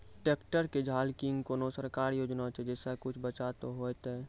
Tractor के झाल किंग कोनो सरकारी योजना छ जैसा कुछ बचा तो है ते?